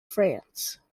france